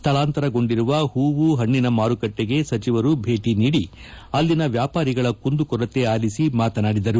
ಸ್ವಳಾಂತರಗೊಂಡಿರುವ ಪೂವು ಪಣ್ಣಿನ ಮಾರುಕಟ್ಟಿಗೆ ಸಚಿವರು ಭೇಟಿ ನೀಡಿ ಅಲ್ಲಿನ ವ್ವಾಪಾರಿಗಳ ಕುಂದುಕೊರತೆ ಆಲಿಸಿ ಮಾತನಾಡಿದರು